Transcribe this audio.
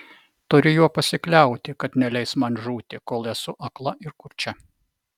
turiu juo pasikliauti kad neleis man žūti kol esu akla ir kurčia